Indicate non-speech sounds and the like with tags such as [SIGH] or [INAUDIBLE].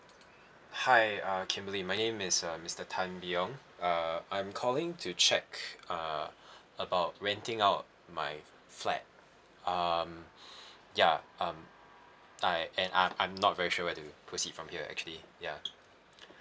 hi uh kimberly my name is uh mister tan bee yong uh I'm calling to check uh about renting out my flat um [BREATH] ya um I and I I'm not very sure where to proceed from here actually ya